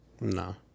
No